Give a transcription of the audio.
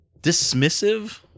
dismissive